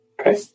Okay